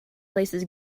places